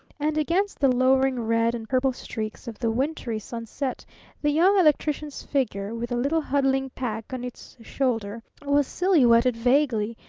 and against the lowering red and purple streaks of the wintry sunset the young electrician's figure, with the little huddling pack on its shoulder, was silhouetted vaguely,